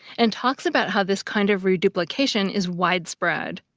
and talks about how this kind of reduplication is widespread.